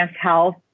health